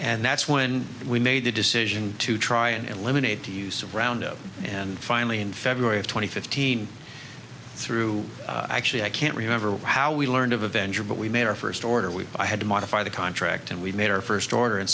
and that's when we made the decision to try and eliminate the use of ground zero and finally in february of twenty fifteen through actually i can't remember how we learned of avenger but we made our first order we had to modify the contract and we made our first order and